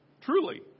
Truly